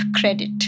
credit